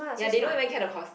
ya they don't even care the course